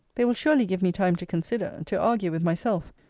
they will surely give me time to consider to argue with myself.